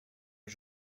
mes